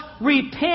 repent